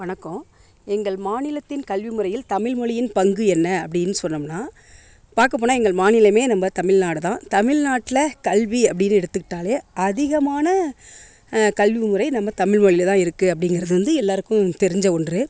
வணக்கம் எங்கள் மாநிலத்தின் கல்வி முறையில் தமிழ் மொழியின் பங்கு என்ன அப்படினு சொன்னோம்னா பார்க்க போனால் எங்கள் மாநிலமே நம்ப தமிழ்நாடு தான் தமிழ் நாட்டில் கல்வி அப்படினு எடுத்துக்கிட்டாலே அதிகமான கல்வி முறை நம்ம தமிழ் மொழில தான் இருக்குது அப்படிங்கிறது வந்து எல்லோருக்கும் தெரிஞ்ச ஒன்று